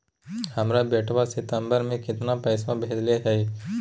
हमर बेटवा सितंबरा में कितना पैसवा भेजले हई?